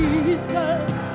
Jesus